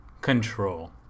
control